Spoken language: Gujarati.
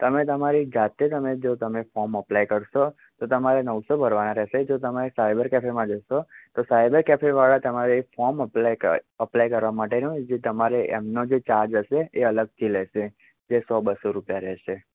તમે તમારી જાતે તમે જો તમે ફોમ અપ્લાય કરશો તો તમારે નવસો ભરવાના રહેશે જો તમારે સાયબર કેફેમાં જશો તો સાયબર કેફેવાળા તમારે એક ફોમ અપ્લાય અપ્લાય કરવા માટેનો જે તમારે એમનો જે ચાર્જ હશે એ અલગથી લેશે તે સો બસો રૂપિયા રહેશે